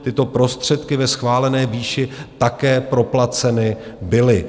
Tyto prostředky ve schválené výši také proplaceny byly.